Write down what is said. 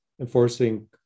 enforcing